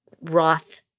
Roth